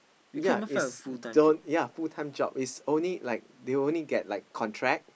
yea is don't yea full time job is only like they only get like contract